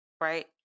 Right